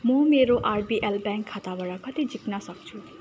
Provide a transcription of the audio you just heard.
म मेरो RBL bank खाताबाट कति झिक्न सक्छु